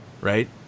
right